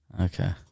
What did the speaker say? Okay